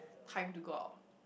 time to go out